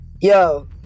yo